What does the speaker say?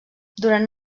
durant